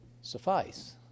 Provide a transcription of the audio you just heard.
suffice